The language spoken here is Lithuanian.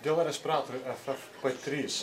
dėl respiratorių ffp trys